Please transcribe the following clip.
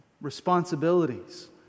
Responsibilities